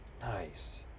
Nice